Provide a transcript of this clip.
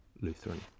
Lutheran